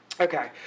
Okay